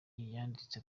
yanditse